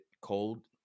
cold